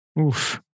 Oof